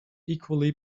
equally